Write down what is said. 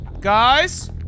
Guys